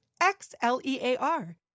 X-L-E-A-R